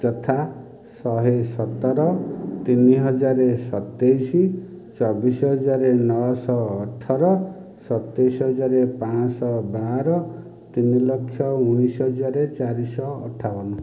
ଯଥା ଶହେ ସତର ତିନିହଜାର ସତେଇଶ ଚବିଶ ହଜାର ନଅଶହ ଅଠର ସତେଇଶ ହଜାର ପାଞ୍ଚଶହ ବାର ତିନି ଲକ୍ଷ ଉଣେଇଶହ ହଜାର ଚାରିଶହ ଅଠାବନ